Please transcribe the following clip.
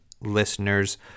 listeners